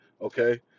okay